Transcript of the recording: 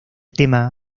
tema